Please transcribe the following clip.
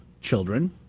children